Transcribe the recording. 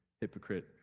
hypocrite